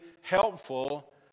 helpful